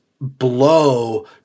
blow